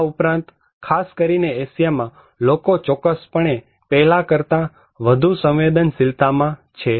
આ ઉપરાંત ખાસ કરીને એશીયામાં લોકો ચોક્કસપણે પહેલા કરતા વધુ સંવેદનશીલતામાં છે